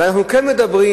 ואנו כן מדברים,